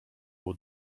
było